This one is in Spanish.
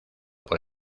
por